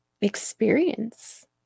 experience